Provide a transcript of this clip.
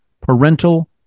Parental